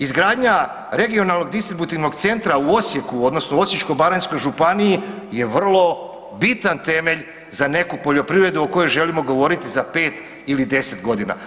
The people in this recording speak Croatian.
Izgradnja Regionalnog distributivnog centra u Osijeku odnosno u Osječko-baranjskoj županiji je vrlo bitan temelj za neku poljoprivredu o kojoj želimo govoriti za 5 ili 10.g.